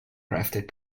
crafted